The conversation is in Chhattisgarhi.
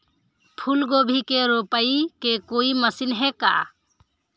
फूलगोभी के रोपाई के कोई मशीन हे का?